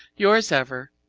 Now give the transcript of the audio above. yours ever,